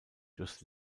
durchs